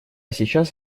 сейчас